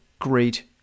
great